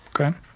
Okay